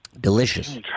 Delicious